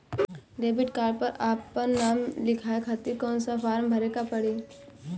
Debit card पर आपन नाम लिखाये खातिर कौन सा फारम भरे के पड़ेला?